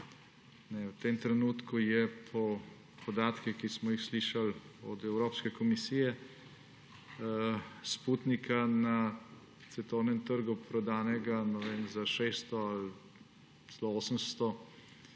V tem trenutku je po podatkih, ki smo jih slišali od Evropske komisije, Sputnika na svetovnem trgu prodanega za 600 ali celo 800